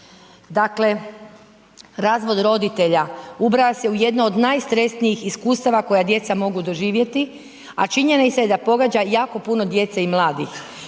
Dakle razvod roditelja ubraja se u jedno od najstresnijih iskustava koja djeca mogu doživjeti a činjenica je da pogađa jako puno djece i mladih.